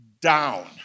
down